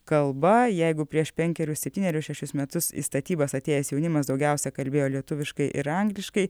kalba jeigu prieš penkerius septynerius šešis metus į statybas atėjęs jaunimas daugiausia kalbėjo lietuviškai ir angliškai